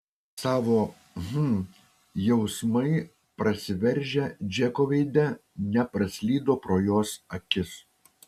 savo hm jausmai prasiveržę džeko veide nepraslydo pro jos akis